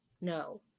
No